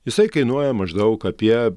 jisai kainuoja maždaug apie